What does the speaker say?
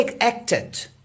acted